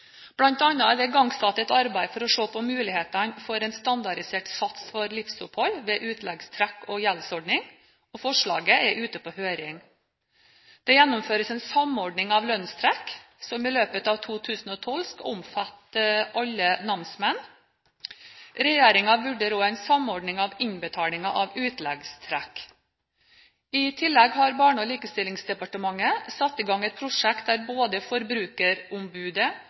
er det igangsatt et arbeid for å se på mulighetene for en standardisert sats for livsopphold ved utleggstrekk og gjeldsordning. Forslaget er ute på høring. Det gjennomføres en samordning av lønnstrekk, som i løpet av 2012 skal omfatte alle namsmenn. Regjeringen vurderer også en samordning av innbetalingen av utleggstrekk. I tillegg har Barne- og likestillingsdepartementet satt i gang et prosjekt der både Forbrukerombudet,